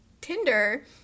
Tinder